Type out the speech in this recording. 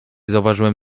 zauważyłem